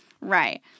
right